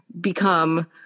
become